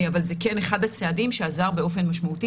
אבל זה כן אחד הצעדים שעזר באופן משמעותי